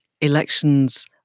elections